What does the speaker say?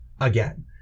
again